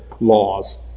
laws